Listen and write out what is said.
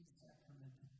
sacrament